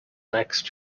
next